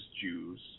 Jews